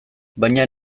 baina